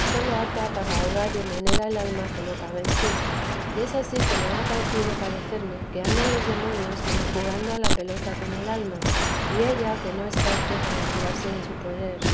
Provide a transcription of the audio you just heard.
sólo ata para ahogar de manera el alma que no cabe en sí y es ansí que me ha acaecido parecerme que andan los demonios como jugando a la pelota con el alma y ella que no es parte para librarse de su poder